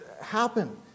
happen